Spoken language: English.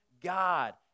God